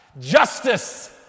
justice